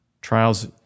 trials